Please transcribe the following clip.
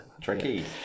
tricky